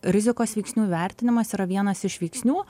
rizikos veiksnių vertinimas yra vienas iš veiksnių